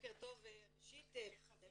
בוקר טוב, ראשית אני רוצה להגיד תודה, כי חבר